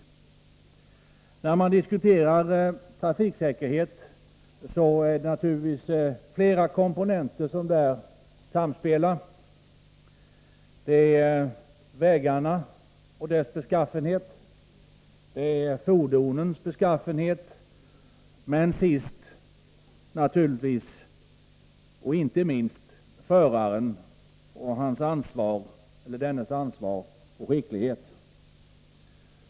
Det är naturligtvis flera komponenter som samverkar när det gäller att få tillstånd en ökad trafiksäkerhet — vägarna och deras beskaffenhet, fordonens beskaffenhet och sist men inte minst föraren och dennes ansvar samt skicklighet.